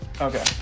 Okay